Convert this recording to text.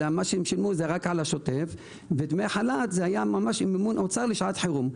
אלא מה ששילמו זה רק על השוטף ודמי חל"ת היה ממש מימון אוצר לשעת חירום.